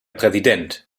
präsident